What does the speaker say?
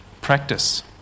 practice